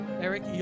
Eric